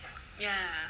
ya